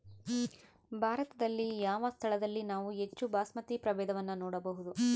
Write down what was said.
ಭಾರತದಲ್ಲಿ ಯಾವ ಸ್ಥಳದಲ್ಲಿ ನಾವು ಹೆಚ್ಚು ಬಾಸ್ಮತಿ ಪ್ರಭೇದವನ್ನು ನೋಡಬಹುದು?